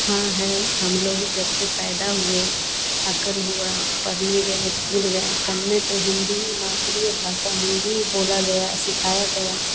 हाँ है हम लोग जब से पैदा हुए अक़ल हुआ पढ़ने गए स्कूल गए सब में तो हिंदी मातृभाषा हिंदी बोला गया सिखाया गया